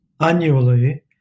annually